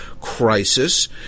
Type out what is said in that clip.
crisis